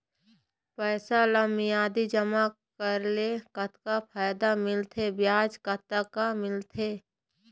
पैसा ला मियादी जमा करेले, कतक फायदा मिलथे, ब्याज कतक मिलथे?